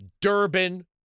Durbin